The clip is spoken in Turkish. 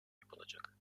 yapılacak